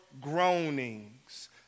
groanings